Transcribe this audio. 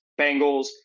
Bengals